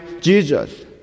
Jesus